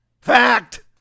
Fact